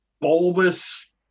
bulbous